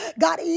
God